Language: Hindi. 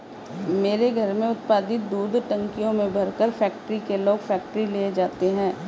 मेरे घर में उत्पादित दूध टंकियों में भरकर फैक्ट्री के लोग फैक्ट्री ले जाते हैं